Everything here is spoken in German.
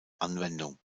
anwendung